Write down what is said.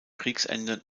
kriegsende